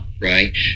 right